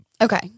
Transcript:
Okay